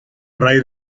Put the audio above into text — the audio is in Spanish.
raíz